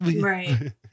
Right